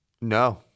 No